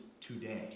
today